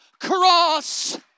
cross